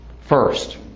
First